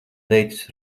teicis